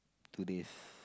two days